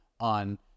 on